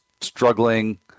struggling